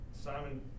Simon